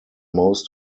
most